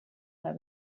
her